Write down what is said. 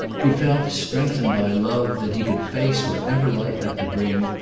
he felt, strengthened by love, that he could face whatever life had to bring,